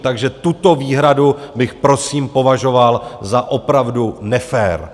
Takže tuto výhradu bych prosím považoval opravdu za nefér!